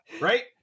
right